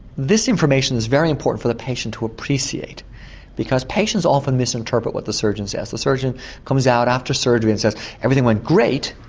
this information is very important for the patient to appreciate because patients often misinterpret what the surgeon says. the surgeon comes out after surgery and says everything went great,